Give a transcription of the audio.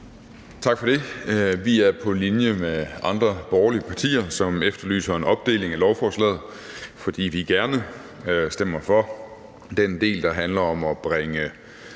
Tak for det. Vi er på linje med andre borgerlige partier, som efterlyser en opdeling af lovforslaget, fordi vi gerne stemmer for den del, der handler om at bringe